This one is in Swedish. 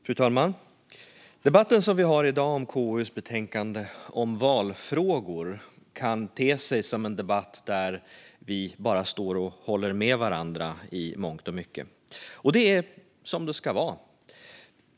Fru talman! Den debatt som vi har i dag om KU:s betänkande Valfrågor kan te sig som en debatt där vi bara står och håller med varandra i mångt och mycket. Det är som det ska vara.